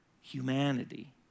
humanity